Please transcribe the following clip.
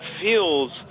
feels